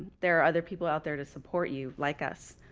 there are other people out there to support you like us.